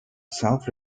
self